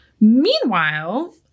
Meanwhile